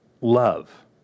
love